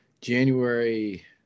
January